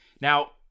Now